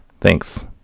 Thanks